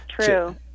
true